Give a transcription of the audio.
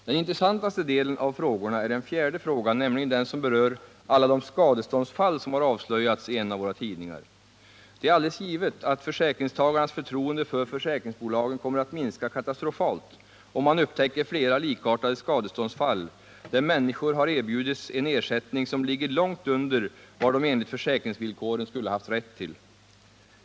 Det intressantaste är den fjärde frågan, den som berör alla de skadeståndsfall som har avslöjats i en av våra tidningar. Det är alldeles givet att försäkringstagarnas förtroende för försäkringsbolagen kommer att minska katastrofalt, om man upptäcker flera likartade skadeståndsfall, där människor har erbjudits en ersättning som ligger långt under vad de enligt försäkringsvillkoren skulle ha haft rätt till.